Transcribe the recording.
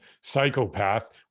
psychopath